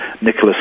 Nicholas